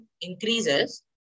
increases